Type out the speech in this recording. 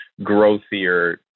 growthier